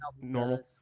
Normal